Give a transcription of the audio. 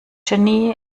genie